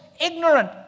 ignorant